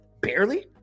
barely